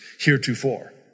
heretofore